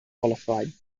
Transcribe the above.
qualified